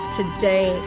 today